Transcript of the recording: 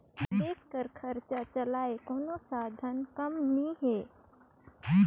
देस कर खरचा चलई कोनो सधारन काम नी हे